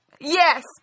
Yes